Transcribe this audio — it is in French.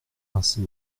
ainsi